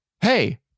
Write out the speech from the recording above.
Hey